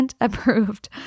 approved